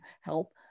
help